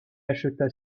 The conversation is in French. acheta